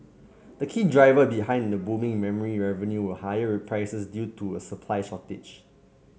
the key driver behind the booming memory revenue were higher prices due to a supply shortage